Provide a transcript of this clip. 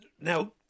Now